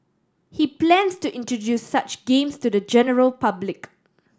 he plans to introduce such games to the general public